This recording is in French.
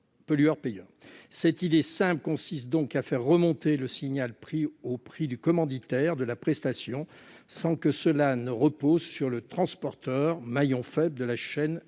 Cette idée simple consiste à faire remonter le signal-prix au niveau du commanditaire de la prestation, sans que cela repose sur le transporteur, maillon faible de la chaîne